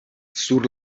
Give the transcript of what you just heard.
sur